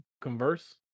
converse